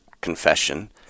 confession